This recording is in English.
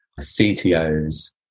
CTOs